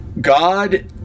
God